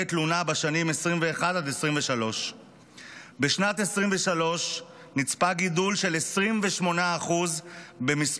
תלונה בשנים 2021 עד 2023. בשנת 2023 נצפה גידול של 28% במספר